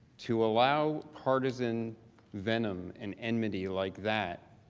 to allow partisan venom and enmity like that,